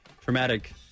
traumatic